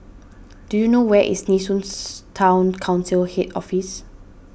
do you know where is Nee Soon Town Council Head Office